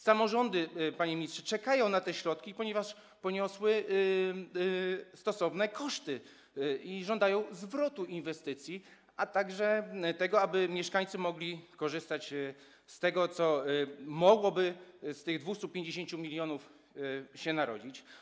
Samorządy, panie ministrze, czekają na te środki, ponieważ poniosły stosowne koszty i żądają zwrotu kosztów inwestycji, a także tego, aby mieszkańcy mogli korzystać z tego, co mogłoby z tych 250 mln się narodzić.